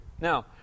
Now